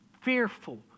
Fearful